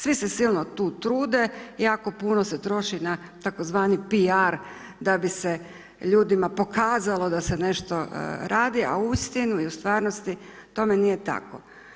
Svi se silno tu trude, jako puno se troši na tzv. PR da bi se ljudima pokazalo da se nešto radi a uistinu i u stvarnosti, tome nije tako.